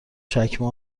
چکمه